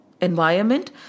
environment